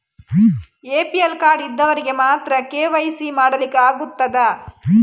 APL card ಇದ್ದವರಿಗೆ ಮಾತ್ರ KYC ಮಾಡಲಿಕ್ಕೆ ಆಗುತ್ತದಾ?